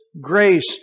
grace